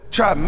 Try